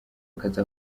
akazi